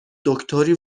دکتری